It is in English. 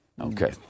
Okay